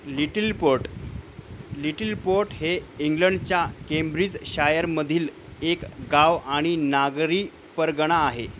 little port Littleport हे इंग्लंडच्या केम्ब्रिजशायरमधील एक गाव आणि नागरी परगणा आहे